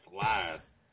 flies